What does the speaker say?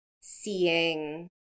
seeing